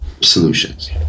solutions